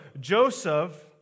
Joseph